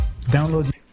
Download